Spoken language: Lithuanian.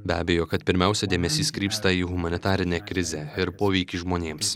be abejo kad pirmiausia dėmesys krypsta į humanitarinę krizę ir poveikį žmonėms